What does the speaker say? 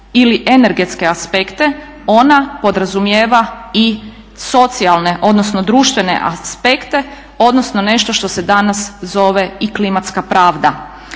ili energetske aspekte, ona podrazumijeva i socijalne odnosno društvene aspekte, odnosno nešto što se danas zove i klimatska pravda.